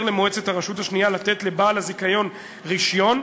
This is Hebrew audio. למועצת הרשות השנייה לתת לבעל הזיכיון רישיון,